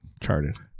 charted